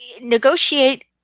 negotiate